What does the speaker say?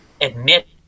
admit